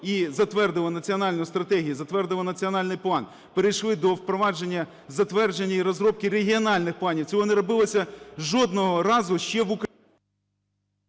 і затвердили національну стратегію, затвердили національний план, перейшли до впровадження, затвердження і розробки регіональних планів, цього не робилося жодного разу ще в Україні.